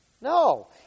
No